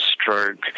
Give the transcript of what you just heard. stroke